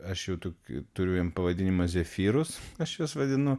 aš jau tokį turiu jiem pavadinimą zefyrus aš juos vadinu